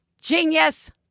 genius